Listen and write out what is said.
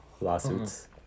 Lawsuits